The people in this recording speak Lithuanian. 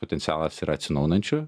potencialas ir atsinaujinančių